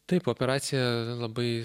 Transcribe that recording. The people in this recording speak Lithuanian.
taip operacija labai